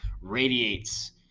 radiates